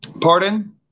Pardon